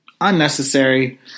unnecessary